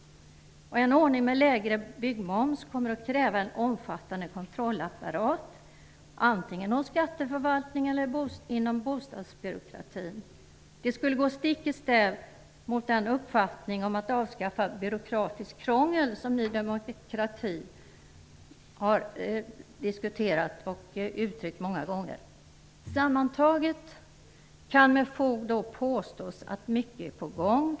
En ordning med lägre byggmoms kommer också att kräva en omfattande kontrollapparat, antingen hos skatteförvaltningen eller inom bostadsbyråkratin. Det skulle gå stick i stäv mot uppfattningen att vi bör avskaffa byråkratiskt krångel, som Ny demokrati har uttryckt många gånger. Sammantaget kan med fog påstås att mycket är på gång.